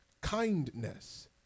kindness